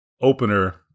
opener